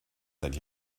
seit